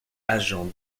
agent